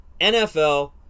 NFL